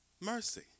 mercy